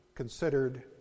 Considered